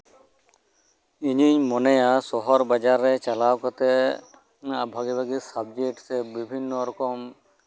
ᱤᱧᱤᱧ ᱢᱚᱱᱮᱭᱟ ᱥᱚᱦᱚᱨ ᱵᱟᱡᱟᱨ ᱨᱮᱪᱟᱞᱟᱣ ᱠᱟᱛᱮ ᱚᱱᱟ ᱵᱷᱟᱜᱮᱼᱵᱷᱟᱜᱮ ᱥᱟᱵᱡᱮᱠᱴ ᱥᱮ ᱵᱤᱵᱷᱤᱱᱱᱚ ᱨᱚᱠᱚᱢ